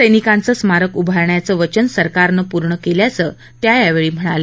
सैनिकांचं स्मारक उभारण्याचं वचन सरकारनं पूर्ण केल्याचं त्या यावेळी म्हणाल्या